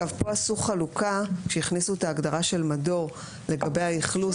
כאן עשו חלוקה כשהכניסו את ההגדרה של מדור לגבי האכלוס,